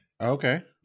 Okay